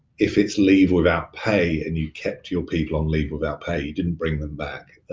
if it's leave without pay and you kept your people on leave without pay, you didn't bring them back,